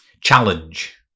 challenge